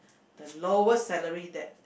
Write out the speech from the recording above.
the lowest salary that